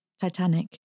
Titanic